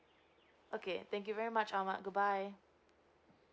okay thank you very much ahmad goodbye